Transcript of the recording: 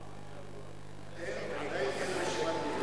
רשימת דוברים.